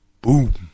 Boom